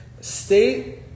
State